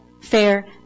fair